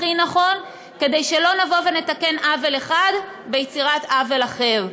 הכי נכון כדי שלא נבוא ונתקן עוול אחד ביצירת עוול אחר.